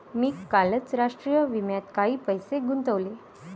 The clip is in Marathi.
मी कालच राष्ट्रीय विम्यात काही पैसे गुंतवले